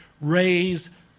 raise